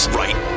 right